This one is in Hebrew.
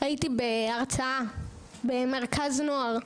הייתי בהרצאה במרכז נוער,